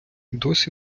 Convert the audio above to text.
досі